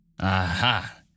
Aha